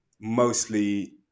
mostly